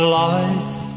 life